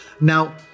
Now